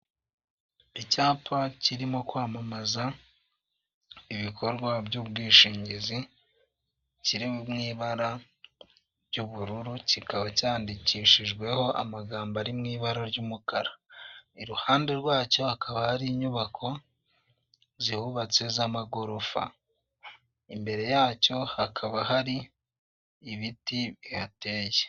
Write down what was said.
Icyapa kirimo kwamamaza ibikorwa by'ubwishingizi kiri mu ibara ry'ubururu kikaba cyandikishijweho amagambo ari mu'i ibara ry'umukara, iruhande rwacyokaba ari inyubako zibatse z'amagorofa imbere yacyo hakaba hari ibiti bihateye.